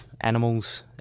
animals